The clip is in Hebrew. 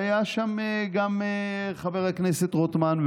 והיה שם גם חבר הכנסת רוטמן,